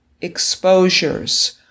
exposures